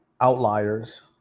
outliers